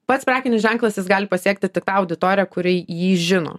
pats prekinis ženklas jis gali pasiekti tik tą auditoriją kuri jį žino